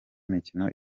mikino